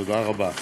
תודה רבה.